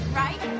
right